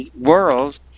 world